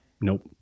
Nope